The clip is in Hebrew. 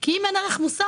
כי אם אין ערך מוסף